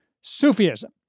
Sufism